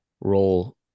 role